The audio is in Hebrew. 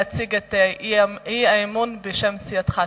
להציג את האי-אמון בשם סיעתך.